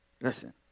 Listen